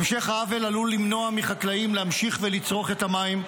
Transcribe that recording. המשך העוול עלול למנוע מחקלאים להמשיך ולצרוך את המים,